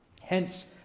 Hence